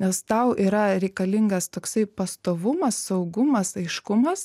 nes tau yra reikalingas toksai pastovumas saugumas aiškumas